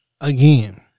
Again